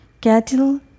cattle